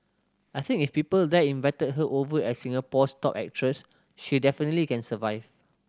I think if people there invited her over as Singapore's top actress she definitely can survive